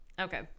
Okay